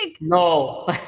No